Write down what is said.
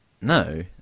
no